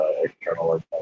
external